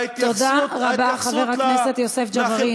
ההתייחסות, תודה רבה, חבר הכנסת יוסף ג'בארין.